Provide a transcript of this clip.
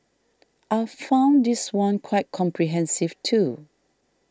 I found this one quite comprehensive too